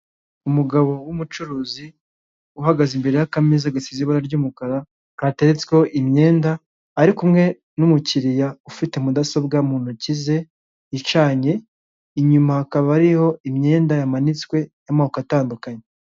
Umugabo w'umucuruzi, uhagaze imbere y'akameza gasize ibara ry'umukara kateretseho imyenda, ari kumwe n'umukiriya ufite mudasobwa mu ntoki ze icanye, inyuma hakaba hariho imyenda yamanitswe y'amoko atandukanye.